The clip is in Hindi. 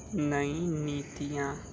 नई नीतियाँ